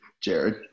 Jared